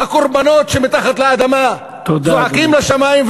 הקורבנות שמתחת לאדמה זועקים לשמים,